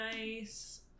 nice